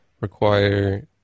Require